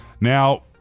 Now